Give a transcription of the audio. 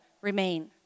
remain